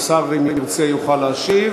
אם השר ירצה הוא יוכל להשיב.